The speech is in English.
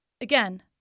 again